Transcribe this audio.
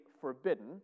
forbidden